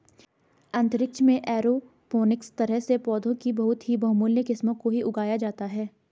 अंतरिक्ष में एरोपोनिक्स तरह से पौधों की बहुत ही बहुमूल्य किस्मों को ही उगाया जाता है